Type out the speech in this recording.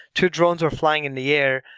two drones are flying in the air,